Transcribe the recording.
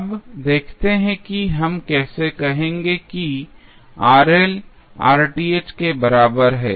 अब देखते हैं कि हम कैसे कहेंगे कि के बराबर है